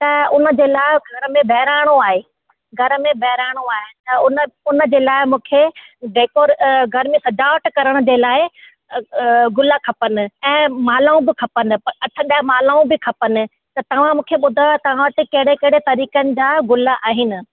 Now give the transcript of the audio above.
त उन जे लाइ घर में ॿहिराणो आहे घर में ॿहिराणो आहे त उन उन जे लाइ मूंखे डेकोर घर में सजावट करण जे लाइ गुल खपनि ऐं मालाऊं बि खपनि अठ ॾह मालाऊं बि खपनि त तव्हां मूंखे ॿुधायो तव्हां वटि कहिड़े कहिड़े तरीक़नि जा गुल आहिनि